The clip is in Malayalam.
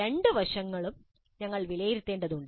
രണ്ട് വശങ്ങളും ഞങ്ങൾ വിലയിരുത്തേണ്ടതുണ്ട്